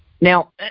Now